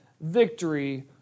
victory